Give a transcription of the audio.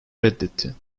reddetti